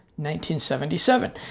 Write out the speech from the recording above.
1977